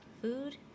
Food